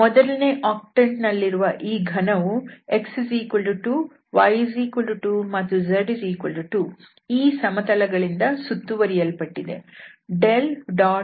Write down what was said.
ಮೊದಲನೇ ಆಕ್ಟಂಟ್ ನಲ್ಲಿರುವ ಈ ಘನವು x2 y2ಮತ್ತು z2 ಈ ಸಮತಲ ಗಳಿಂದ ಸುತ್ತುವರಿಯಲ್ಪಟ್ಟಿದೆ